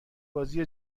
بازی